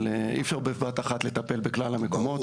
שאי אפשר בבת אחת לטפל בכלל המקומות,